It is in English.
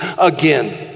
again